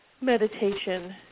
meditation